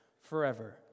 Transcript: forever